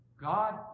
God